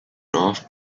off